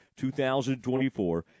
2024